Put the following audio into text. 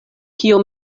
kio